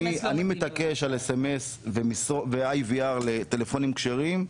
אני מתעקש על SMS ו-IVR לטלפונים כשרים.